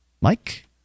Mike